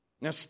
Now